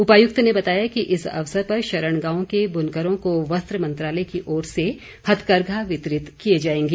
उपायुक्त ने बताया कि इस अवसर पर शरण गांव के बुनकरों को वस्त्र मंत्रालय की ओर से हथकरघा वितरित किए जाएंगे